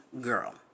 girl